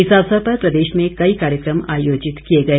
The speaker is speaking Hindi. इस अवसर पर प्रदेश में कई कार्यकम आयोजित किए गए